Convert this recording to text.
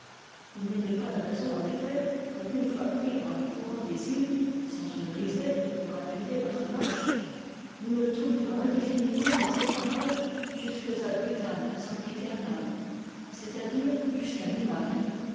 il n'y avait pas de raison en effet pour qu'une fois pris par le courant des îles sans une risée pour appuyer notre marche nous ne tournions indéfiniment dans ces parages jusques ad vltam empiternam c'est-à-dire jusqu'à mi marée